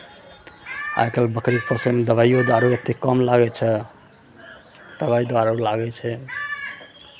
आइ काल्हि बकरी पोसयमे दबाइओ दारू ओतेक कम लागै छै दबाइ दारू लागै छै